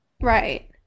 Right